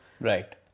Right